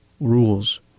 rules